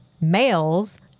males